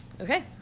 Okay